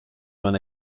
man